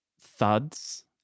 thuds